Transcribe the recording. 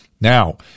Now